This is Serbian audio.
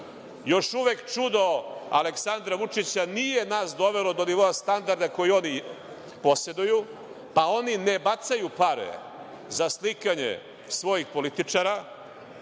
Još uvek čudo Aleksandra Vučića nije nas dovelo do nivoa standarda koji oni poseduju, pa oni ne bacaju pare za slikanje svojih političara